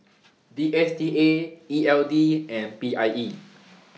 D S T A E L D and P I E